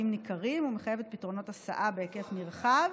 ניכרים ומחייבת פתרונות הסעה בהיקף נרחב: